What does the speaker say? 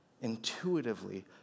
intuitively